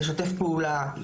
לשתף פעולה,